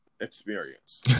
experience